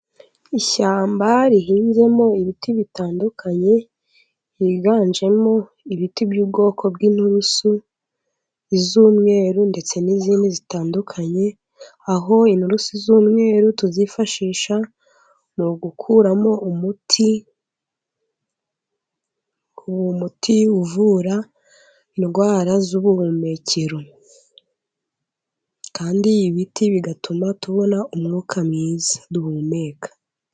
Ishyamba rihinzemo ibiti bitandukanye. Higanjemo ibiti by'ubwoko bw'inturusu. Iz'umweru ndetse n'izindi zitandukanye, aho inturusi z'umweru tuzifashisha mu gukuramo umuti. Uwo muti uvura indwara z'ubuhumekero. Kandi ibiti bigatuma tubona umwuka mwiza duhumeka.q